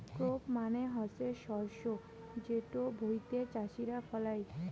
crop মানে হসে শস্য যেটো ভুঁইতে চাষীরা ফলাই